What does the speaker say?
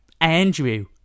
Andrew